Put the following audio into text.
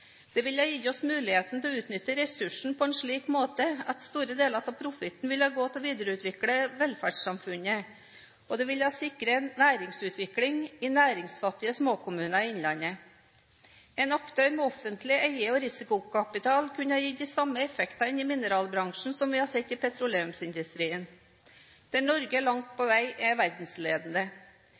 Det ville ha gitt oss muligheten til å utnytte ressursene på en slik måte at store deler av profitten ville ha gått til å videreutvikle velferdssamfunnet, og det ville ha sikret næringsutvikling i næringsfattige småkommuner i innlandet. En aktør med offentlig eier- og risikokapital kunne ha gitt de samme effektene inn i mineralbransjen som vi har sett i petroleumsindustrien, der Norge langt på vei er verdensledende